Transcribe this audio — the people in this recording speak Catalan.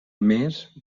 més